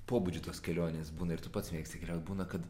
pobūdžių tos kelionės būna ir tu pats mėgsti keliaut būna kad